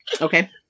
Okay